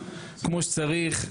כמו שצריך.